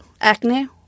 acne